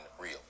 real